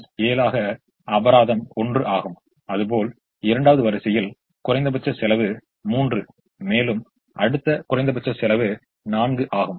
இந்த 1 செலவை 5 ஆக உயர்த்தியது அதேபோல் இந்த 1 செலவை 4 ஆகக் குறைத்தாது அதேபோல் 8 ஆல் அதிகரித்து மீண்டும் 7 ஆகக் குறைத்துள்ளது மேலும் அதன் நிகர செலவு 2 ஆகும்